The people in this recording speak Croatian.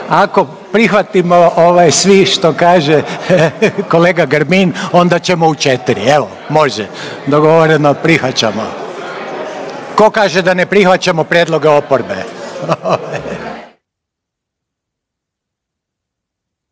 ako prihvatimo ovaj svi što kaže kolega Grbin onda ćemo u 4 evo, može, dogovoreno, prihvaćamo. Tko kaže da ne prihvaćamo prijedloge oporbe?